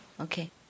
Okay